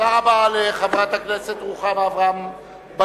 תודה רבה לחברת הכנסת רוחמה אברהם-בלילא.